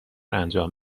انجام